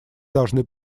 должны